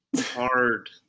hard